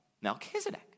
Melchizedek